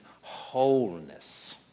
wholeness